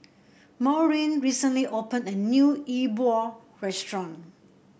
Maurine recently opened a new E Bua restaurant